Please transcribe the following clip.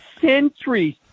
centuries